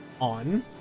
on